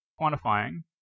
quantifying